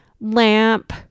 lamp